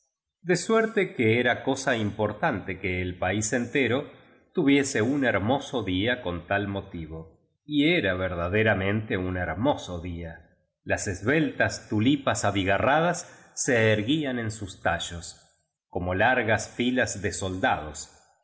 de suerte que era cosa impor tante que el país entero tuviese un hermoso día con tal moti vo y era verdaderamente un hermoso día las esbeltas tuli pas abigarradas se erguían en sus tallos como largas filas de soldados y